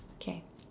okay